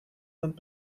sind